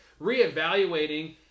reevaluating